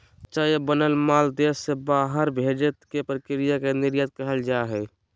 कच्चा या बनल माल देश से बाहर भेजे के प्रक्रिया के निर्यात कहल जा हय